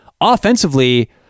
Offensively